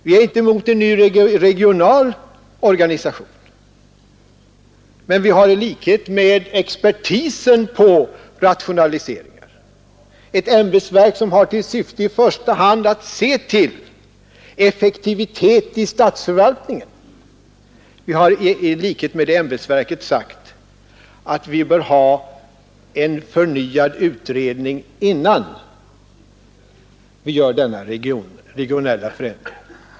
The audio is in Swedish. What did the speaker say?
Vi är inte emot en ny regional organisation, men vi har i likhet med expertisen på rationaliseringar — det ämbetsverk som har till uppgift i första hand att se till effektiviteten i statsförvaltningen — sagt att vi bör ha en förnyad utredning innan vi gör denna regionala förändring.